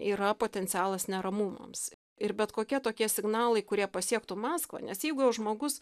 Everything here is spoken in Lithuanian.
yra potencialas neramumams ir bet kokie tokie signalai kurie pasiektų maskvą nes jeigu jau žmogus